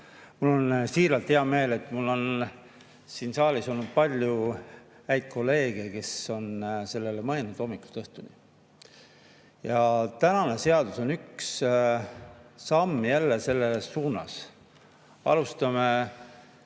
Mul on siiralt hea meel, et mul on siin saalis olnud palju häid kolleege, kes on mõelnud sellele hommikust õhtuni, ja tänane seadus on jälle üks samm selles suunas. Alustame